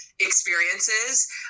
Experiences